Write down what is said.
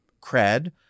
cred